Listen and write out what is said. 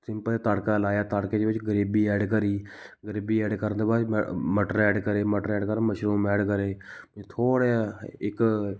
simple ਤੜਕਾ ਲਾਇਆ ਤੜਕੇ ਦੇ ਵਿੱਚ ਗਰੇਵੀ ਐਡ ਕਰੀ ਗਰੇਵੀ ਐਡ ਕਰਨ ਤੋਂ ਬਾਅਦ ਮ ਮਟਰ ਐਡ ਕਰੇ ਮਟਰ ਐਡ ਕਰਨ ਤੋਂ ਬਾਅਦ ਮਸ਼ਰੂਮ ਐਡ ਕਰੇ ਥੋੜ੍ਹਾ ਜਾ ਇੱਕ